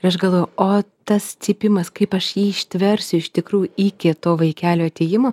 ir aš galvojau o tas cypimas kaip aš jį ištversiu iš tikrųjų iki to vaikelio atėjimo